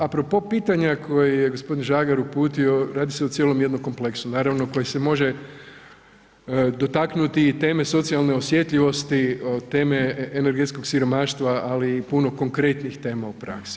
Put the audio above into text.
Apropo pitanja koje je gospodin Žagar uputio, radi se o cijelom jednom kompleksu naravno koje se može dotaknuti i teme socijalne osjetljivosti od teme energetskog siromaštva, ali i puno konkretnijih tema u praksi.